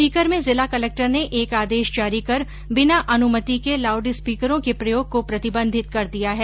सीकर में जिला कलेक्टर ने एक आदेश जारी कर बिना अनुमति के लाउड स्पीकरों के प्रयोग को प्रतिबंधित कर दिया है